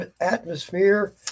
atmosphere